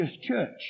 church